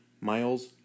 Miles